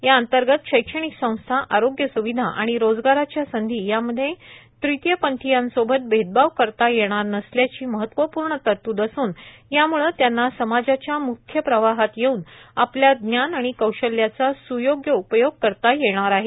या अंतर्गत शैक्षणिक संस्था आरोग्य स्विधा आणि रोजगाराच्या संधी या मध्ये तृतीयपंथींसोबत भेदभाव करता येणार नसल्यची महत्वपूर्ण तरतूद असून यामुळे त्यांना समाजाच्या म्ख्य प्रवाहात येऊन आपल्या ज्ञान आणि कौशल्याचा स्योग्य उपयोग करता येणार आहे